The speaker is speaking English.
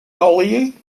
hollie